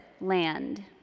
Land